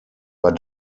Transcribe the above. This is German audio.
war